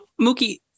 Mookie